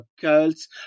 cults